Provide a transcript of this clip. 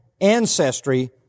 ancestry